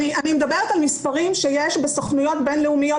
אני מדברת על מספרים שיש בסוכנויות בינלאומיות,